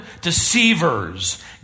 deceivers